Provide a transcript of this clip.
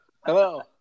hello